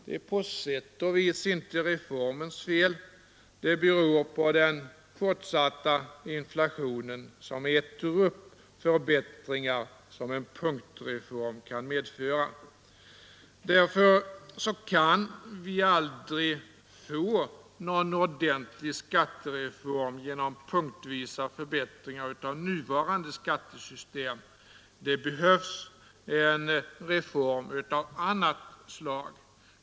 Det är på sätt och vis inte reformens fel; det beror på den fortsatta inflationen, som äter upp de förbättringar som en punktreform kan medföra. Därför kan vi aldrig få någon ordentlig skattereform genom att göra förbättringar punktvis i nuvarande skattesystem. Det behövs en reform av annat slag.